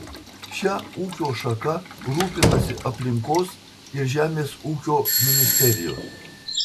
šia ūkio šaka rūpinasi aplinkos ir žemės ūkio ministerijos